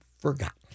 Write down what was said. forgotten